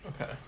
Okay